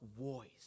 voice